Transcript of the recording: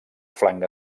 flanc